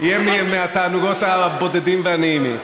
יהיה מהתענוגות הבודדים והנעימים.